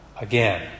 Again